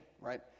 right